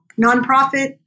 nonprofit